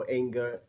anger